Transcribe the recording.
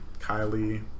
Kylie